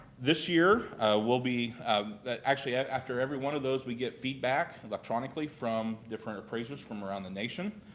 this year we'll be actually, after every one of those, we get feedback electronically from different appraisers from around the nation.